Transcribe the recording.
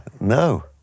No